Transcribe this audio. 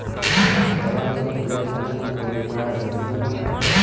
खतवा के खोले खातिर पेन कार्ड जरूरी बा?